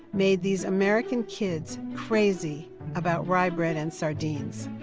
made these american kids crazy about rye bread and sardines